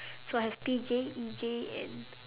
so I have P J E J and